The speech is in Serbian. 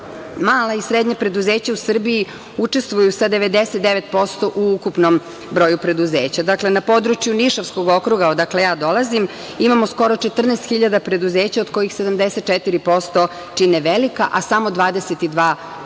mala i srednja preduzeća u Srbiji učestvuju sa 99% u ukupnom broju preduzeća. Dakle, na području Nišavskog okruga, odakle ja dolazim, imamo skoro 14.000 preduzeća od kojih 74% čine velika, a samo 22%